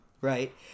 right